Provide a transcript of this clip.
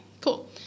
cool